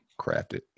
crafted